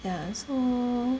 ya so